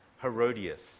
Herodias